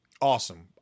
Awesome